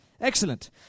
Excellent